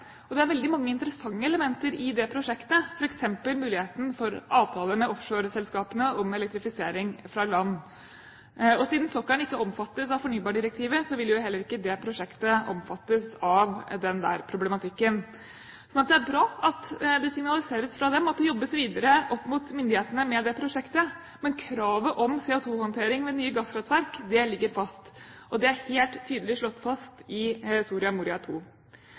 og det er veldig mange interessante elementer i det prosjektet, f.eks. muligheten for avtaler med offshoreselskapene om elektrifisering fra land. Siden sokkelen ikke omfattes av fornybardirektivet, vil heller ikke det prosjektet omfattes av den problematikken, så det er bra at det signaliseres fra dem at det jobbes videre opp mot myndighetene med det prosjektet. Men kravet om CO2-håndtering ved nye gasskraftverk ligger fast, og det er helt tydelig slått fast i Soria Moria